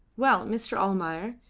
well, mr. almayer,